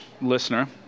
listener